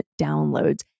downloads